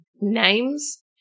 names